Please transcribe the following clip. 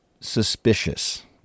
suspicious